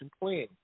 plan